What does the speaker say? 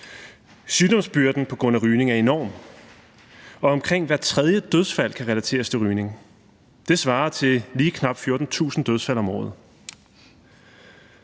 Sygdomsbyrden på grund af rygning er enorm, og omkring hvert tredje dødsfald kan relateres til rygning. Det svarer til lige knap 14.000 dødsfald om året.